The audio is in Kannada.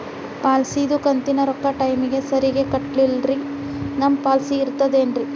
ಪಾಲಿಸಿದು ಕಂತಿನ ರೊಕ್ಕ ಟೈಮಿಗ್ ಸರಿಗೆ ಕಟ್ಟಿಲ್ರಿ ನಮ್ ಪಾಲಿಸಿ ಇರ್ತದ ಏನ್ರಿ?